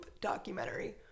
documentary